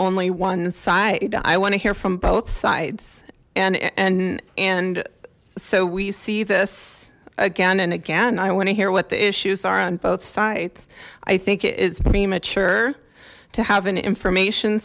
only one side i want to hear from both sides and and and so we see this again and again i want to hear what the issues are on both sides i think it is premature to have an information